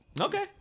Okay